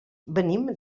venim